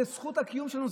זה זכות הקיום שלנו,